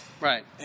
right